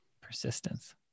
Persistence